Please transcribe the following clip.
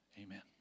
Amen